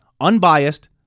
Unbiased